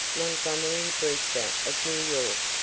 montgomery brewster of new york,